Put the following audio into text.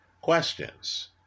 questions